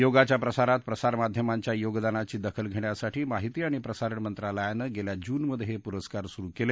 योगाच्या प्रसारात प्रसारमाध्यमांच्या योगदानाची दखल घेण्यासाठी माहिती आणि प्रसारण मंत्रालयानं गेल्या जूनमधे हे पुरस्कार सुरु केले